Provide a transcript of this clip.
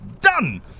Done